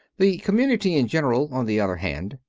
the community in general, on the other hand,